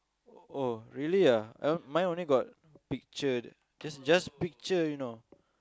oh really ah I mine only got picture just just picture you know